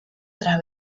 tras